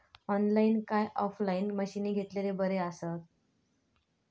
Online काय offline मशीनी घेतलेले बरे आसतात?